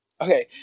Okay